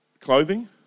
Clothing